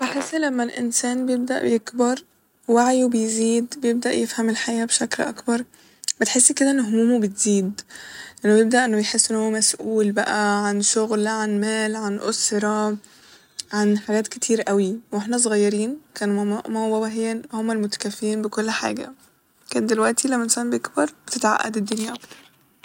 بحس لما الانسان بيبدأ يكبر وعيه بيزيد بيبدأ يفهم الحياة بشكل أكبر بتحس كده إن همومه بتزيد ، إنه بيبدأ إنه يحس إنه مسؤول بقى عن شغل عن مال عن أسرة عن حاجات كتير أوي ، و احنا صغيرين كان ماما ماما و بابا هي هما المتكفلين بكل حاجة لكن دلوقتي لما الانسان بيكبر بتتعقد الدنيا أكتر